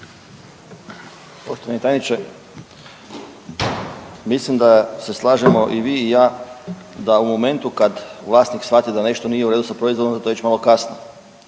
Poštovani tajniče, mislim da se slažemo i vi i ja da u momentu kad vlasnik shvati da nešto nije u redu s proizvodom da je to već malo kasno